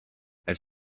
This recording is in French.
elle